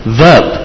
verb